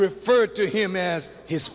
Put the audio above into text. refer to him as his